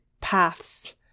paths